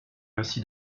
ainsi